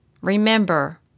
remember